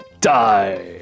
Die